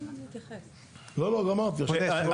לא, לא, גמרתי עכשיו.